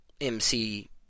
MC